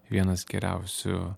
vienas geriausių